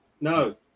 no